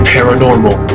Paranormal